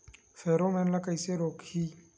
Pheromone ला कइसे रोकही?